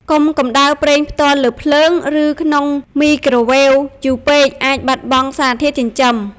កុំកម្តៅប្រេងផ្ទាល់លើភ្លើង ឬក្នុងមីក្រូវ៉េវយូរពេក អាចបាត់បង់សារធាតុចិញ្ចឹម។